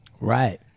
Right